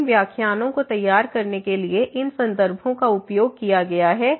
तो इन व्याख्यानों को तैयार करने के लिए इन संदर्भों का उपयोग किया गया है